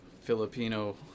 Filipino